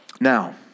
Now